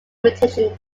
imitation